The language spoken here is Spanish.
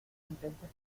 intentes